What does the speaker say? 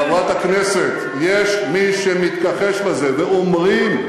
חברת הכנסת: יש מי שמתכחש לזה, ואומרים,